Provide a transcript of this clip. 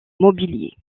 mobilier